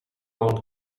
own